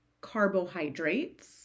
carbohydrates